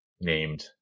named